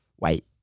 wait